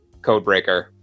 codebreaker